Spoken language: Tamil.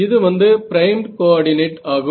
இது வந்து பிரைம்ட் கோஆர்டினேட் ஆகும்